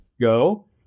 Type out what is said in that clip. Go